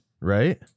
right